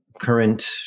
current